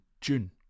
June